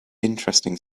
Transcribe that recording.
interesting